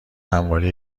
همواره